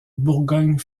bourgogne